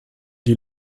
die